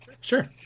Sure